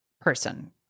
person